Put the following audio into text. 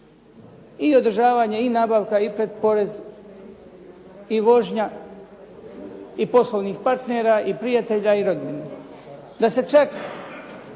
i održavanje i nabavka i pretporez i vožnja i poslovnih partnera i prijatelja i rodbine. Da se čak